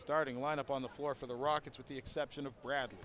starting line up on the floor for the rockets with the exception of brad